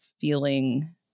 feeling